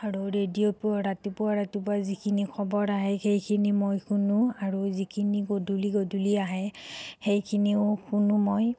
আৰু ৰেডিঅ'তো ৰাতিপুৱাই ৰাতিপুৱাই যিখিনি খবৰ আহে সেইখিনি মই শুনো আৰু যিখিনি গধূলি গধূলি আহে সেইখিনিও শুনো মই